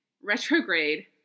retrograde